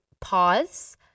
pause